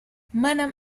منم